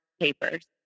papers